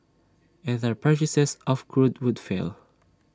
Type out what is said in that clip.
and their purchases of crude would fell